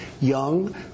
young